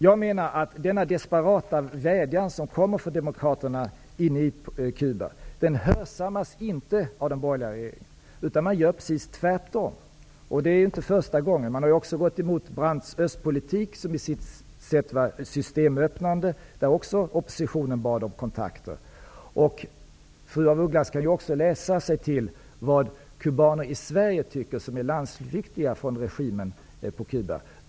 Jag menar att denna desperata vädjan, som kommer från demokraterna inne i Cuba, inte hörsammas av den borgerliga regeringen, utan man gör precis tvärtom. Det är inte första gången. Man har också gått emot Brandts östpolitik som på sitt sätt var systemöppnande. Där bad också oppositionen om kontakter. Fru af Ugglas kan också läsa sig till vad kubaner i Sverige, som är landsflyktiga från regimen på Cuba, tycker.